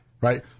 right